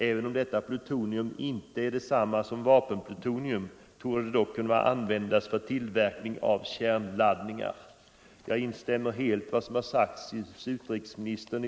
Även om detta plutonium inte är detsamma som va = nedrustningsfrågorpenplutonium torde det dock kunna användas för tillverkning av kärn = na laddningar.” Jag instämmer i detta fall helt med utrikesministern.